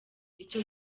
icyo